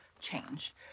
change